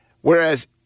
Whereas